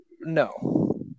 No